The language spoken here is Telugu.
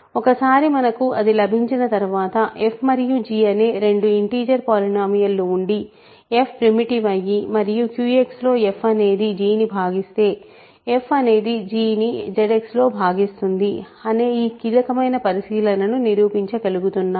ఒకసారి మనకు అది లభించిన తర్వాత f మరియు g అనే రెండు ఇంటిజర్ పాలినోమియల్ లు ఉండి f ప్రిమిటివ్ అయి మరియు QXలో f అనేది g ను భాగిస్తే f అనేది g ను ZX లో భాగిస్తుంది అనే ఈ కీలకమైన పరిశీలనను నిరూపించగలుగుతున్నాము